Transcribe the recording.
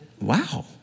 wow